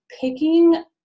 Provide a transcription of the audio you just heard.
picking